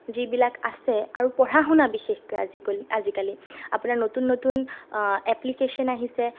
যিবিলাক আছে আৰু পঢ়া শুনা বিশেষকৈ আজিকলি আজিকালি আপোনাৰ নতুন নতুন এপ্লিকেচন আহিছে